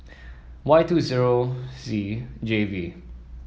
Y two zero Z J V